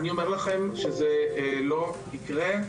אני אומר לכם שזה לא יקרה.